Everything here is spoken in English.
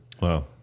Wow